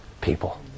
people